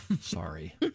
Sorry